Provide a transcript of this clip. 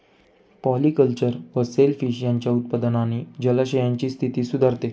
polyculture व shellfish यांच्या उत्पादनाने जलाशयांची स्थिती सुधारते